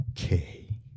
Okay